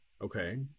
Okay